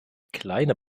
kleine